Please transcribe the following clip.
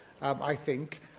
i think,